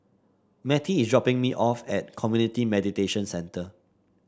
Mattie is dropping me off at Community Mediation Centre